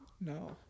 No